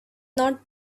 not